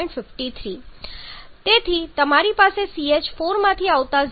53 તેથી તમારી પાસે CH4 માંથી આવતા 0